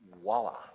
Voila